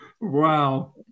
wow